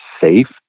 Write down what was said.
safe